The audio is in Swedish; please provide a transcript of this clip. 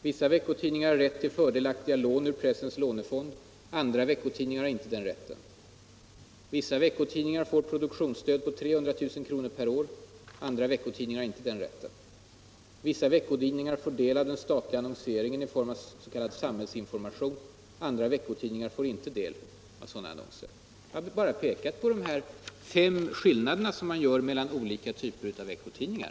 Vissa veckotidningar har rätt till fördelaktiga lån ur pressens lånefond. Andra veckotidningar har inte den rätten. Vissa veckotidningar får produktionsstöd på 300 000 kr. per år. Andra veckotidningar har inte den rätten. Vissa veckotidningar får del av den statliga annonseringen i form av s.k. samhällsinformation. Andra veckotidningar får inte del av sådana annonser. Björn Molin och jag har bara pekat på de här fem skillnaderna som man gör mellan olika typer av veckotidningar.